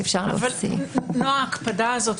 אבל ההקפדה הזאת,